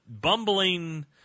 bumbling